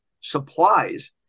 supplies